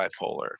bipolar